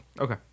Okay